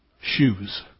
shoes